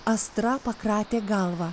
astra pakratė galvą